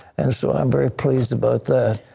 and so am very pleased about that.